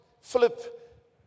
Philip